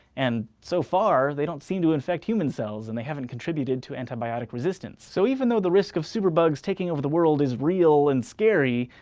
and, so far, they don't seem to infect human cells and they haven't contributed to antibiotic resistance. so even though the risk of superbugs taking over the world is real and scary,